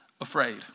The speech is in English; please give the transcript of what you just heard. afraid